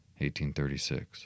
1836